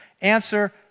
Answer